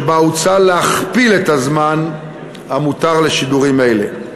שבה הוצע להכפיל את הזמן המותר לשידורים אלה,